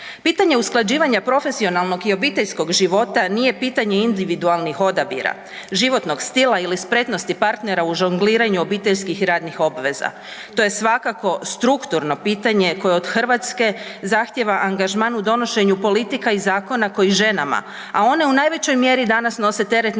Pitanja usklađivanja profesionalnog i obiteljskog života nije pitanje individualnih odabira, životnog stila ili spretnosti partnera u žongliranju obiteljskih radnih obveza. To je svakako strukturno pitanje koje od Hrvatske zahtjeva angažman u donošenju politika i zakona koji ženama, a one u najvećoj mjeri danas nose teret neplaćenog